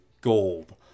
gold